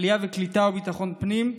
עלייה וקליטה וביטחון הפנים.